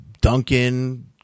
Duncan